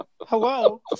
Hello